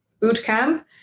bootcamp